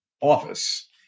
office